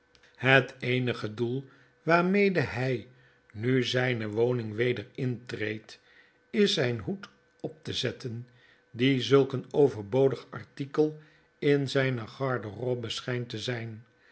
het eenige doel waarmede hy nu zyne woning weder intreedt is zyn hoed op te zetten die zulk een overbodig artikel in zijne garderobe schynt te zijn